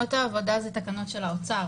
תקנות העבודה זה תקנות של האוצר,